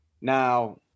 Now